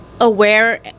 aware